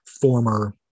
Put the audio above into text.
former